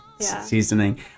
seasoning